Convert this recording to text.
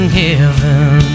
heaven